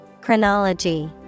Chronology